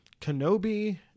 Kenobi